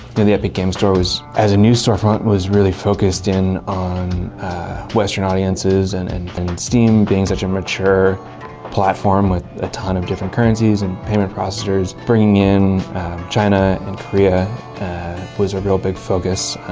the epic game store was, as a new storefront was really focused in on western audiences. and and steam, being such a mature platform with a ton of different currencies and payment processors bringing in china and korea was a real big focus.